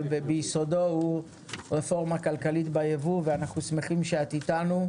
אבל ביסודו הוא רפורמה כלכלית ביבוא ואנחנו שמחים שאת איתנו.